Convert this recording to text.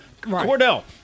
Cordell